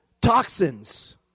toxins